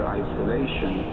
isolation